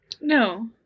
No